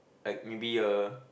like maybe a